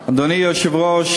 היושב-ראש,